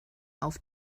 auf